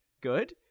good